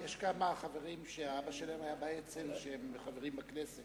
יש כמה חברים שהאבא שלהם היה באצ"ל והם חברים בכנסת.